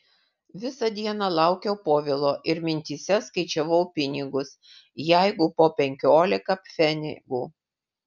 visą dieną laukiau povilo ir mintyse skaičiavau pinigus jeigu po penkiolika pfenigų